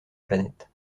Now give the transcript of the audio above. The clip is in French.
planète